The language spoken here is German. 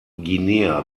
guinea